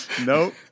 Nope